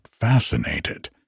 fascinated